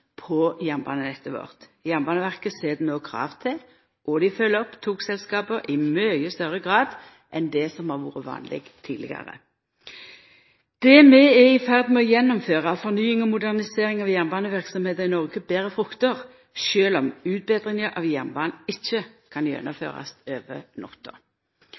på jernbanenettet vårt. Jernbaneverket set no krav til, og dei følgjer opp, togselskapa i mykje større grad enn det som har vore vanleg tidlegare. Det vi er i ferd med å gjennomføra av fornying og modernisering av jernbaneverksemda i Noreg, ber frukter, sjølv om utbetringa av jernbanen ikkje kan gjennomførast over